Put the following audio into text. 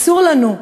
אסור לנו,